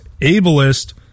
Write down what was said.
ableist